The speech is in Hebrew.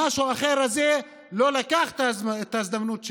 המשהו האחר הזה לא לקח את ההזדמנות שלו,